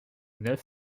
neuf